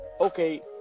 okay